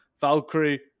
Valkyrie